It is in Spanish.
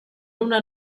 una